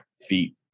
feet